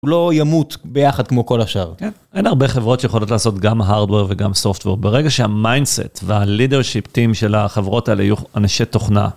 הוא לא ימות ביחד כמו כל השאר. כן, אין הרבה חברות שיכולות לעשות גם Hardware וגם Software, ברגע שה-Mindset וה-Leadership Team של החברות האלה יהיו אנשי תוכנה,